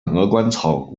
鹅观草